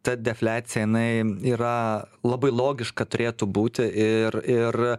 ta defliacija jinai yra labai logiška turėtų būti ir ir